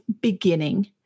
beginning